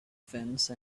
fence